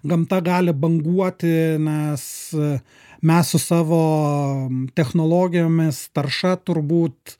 gamta gali banguotines mes su savo technologijomis tarša turbūt